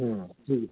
ਹਾਂ ਜੀ